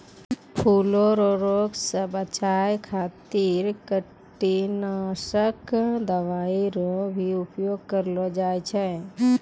फूलो रो रोग से बचाय खातीर कीटनाशक दवाई रो भी उपयोग करलो जाय छै